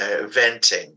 venting